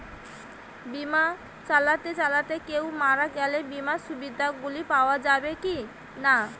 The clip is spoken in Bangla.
বিমা চালাতে চালাতে কেও মারা গেলে বিমার সুবিধা গুলি পাওয়া যাবে কি না?